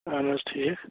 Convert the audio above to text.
اہن حظ ٹھیٖک